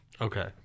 Okay